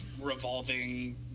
revolving